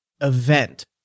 event